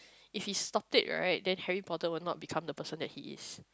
if he stopped it right then Harry-Potter will not become the person that he is